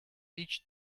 each